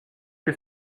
que